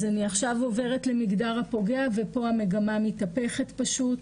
אז אני עכשיו עוברת למגדר הפוגע ופה המגמה מתהפכת פשוט,